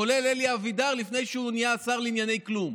כולל אלי אבידר לפני שהוא נהיה שר לענייני כלום,